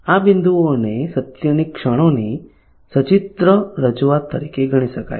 આ બિંદુઓને સત્યની ક્ષણોની સચિત્ર રજૂઆત તરીકે ગણી શકાય